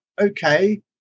Okay